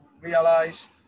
realize